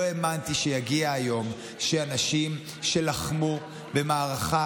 לא האמנתי שיגיע היום שאנשים שלחמו במערכה